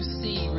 see